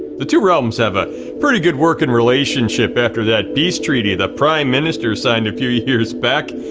the two realms have a pretty good working relationship after that peace treaty the prime minister signed a few years back.